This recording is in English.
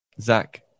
Zach